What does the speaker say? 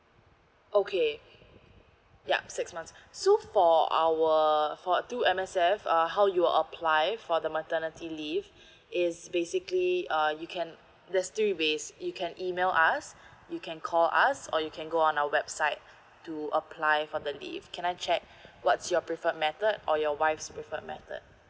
okay yup six months so for our for two M_S_F uh how you'll apply for the maternity leave is basically uh you can there's three ways you can email us you can call us or you can go on our website to apply for the leave can I check what's your preferred method or your wife's preferred method